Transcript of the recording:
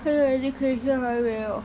can already 可以先来回了